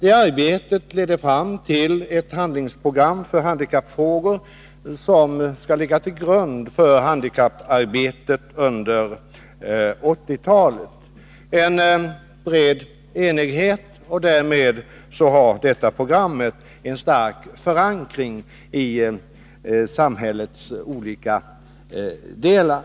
Arbetet ledde fram till ett handlingsprogram för handikappfrågor som skall ligga till grund för handikapparbetet under 1980-talet. En bred enighet uppnåddes, och därmed har detta program en stark förankring i samhällets olika delar.